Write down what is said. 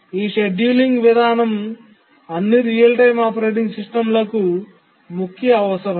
ఈ షెడ్యూలింగ్ విధానం అన్ని రియల్ టైమ్ ఆపరేటింగ్ సిస్టమ్లకు ముఖ్య అవసరం